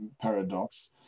paradox